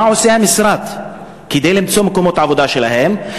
מה עושה המשרד כדי למצוא מקומות עבודה בשבילן?